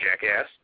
jackass